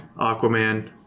Aquaman